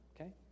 Okay